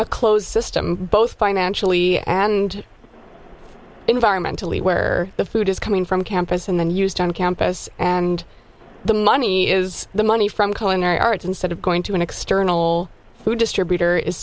a closed system both financially and environmentally where the food is coming from campus and then used on campus and the money is the money from calling arts instead of going to an external food distributor is